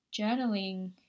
journaling